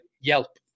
Yelp